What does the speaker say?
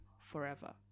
forever